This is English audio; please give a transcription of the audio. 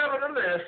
nevertheless